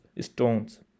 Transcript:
stones